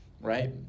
Right